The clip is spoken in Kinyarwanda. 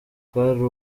kwari